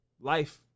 Life